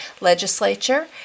legislature